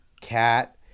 cat